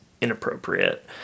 inappropriate